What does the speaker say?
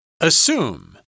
Assume